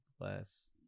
less